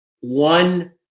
one